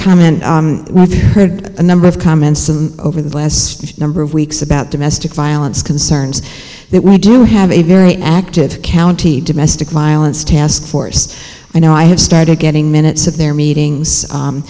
comment heard a number of comments over the last number of weeks about domestic violence concerns that we do have a very active county domestic violence task force i know i have started getting minutes of their meetings